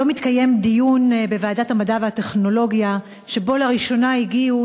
היום התקיים דיון בוועדת המדע והטכנולוגיה שבו לראשונה הגיעו